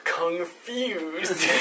confused